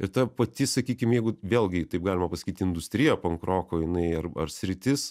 ir ta pati sakykim jeigu vėlgi jei taip galima pasakyt industrija pankroko jinai ar sritis